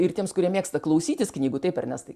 ir tiems kurie mėgsta klausytis knygų taip ernestai